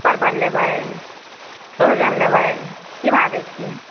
परबल लेबै सोहजन लेबै कि भाव दै छियै